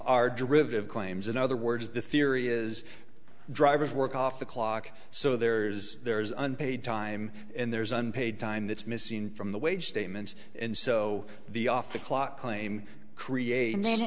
derivative claims in other words the theory is drivers work off the clock so there is there is unpaid time and there's unpaid time that's missing from the wage statements and so the off the clock claim created and